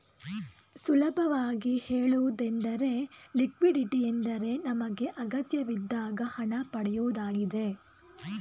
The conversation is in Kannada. ಸುಲಭವಾಗಿ ಹೇಳುವುದೆಂದರೆ ಲಿಕ್ವಿಡಿಟಿ ಎಂದರೆ ನಮಗೆ ಅಗತ್ಯಬಿದ್ದಾಗ ಹಣ ಪಡೆಯುವುದಾಗಿದೆ